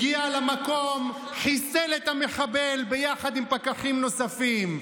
הגיע למקום, חיסל את המחבל ביחד עם פקחים נוספים.